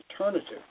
alternative